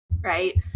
right